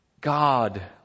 God